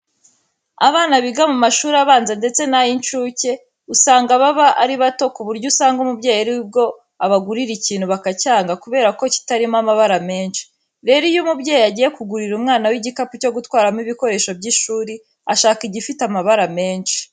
Abana biga mu mashuri abanza ndetse n'ay'incuke usanga baba ari bato ku buryo usanga umubyeyi hari ubwo abagurira nk'ikintu bakacyanga kubera ko kitarimo amabara menshi. Rero iyo umubyeyi agiye kugurira umwana we igikapu cyo gutwaramo ibikoresho by'ishuri ashaka igifite amabara menshi.